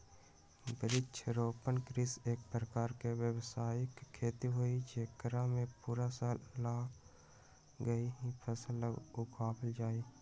वृक्षारोपण कृषि एक प्रकार के व्यावसायिक खेती हई जेकरा में पूरा साल ला एक ही फसल उगावल जाहई